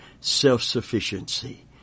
self-sufficiency